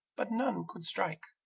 but none could strike.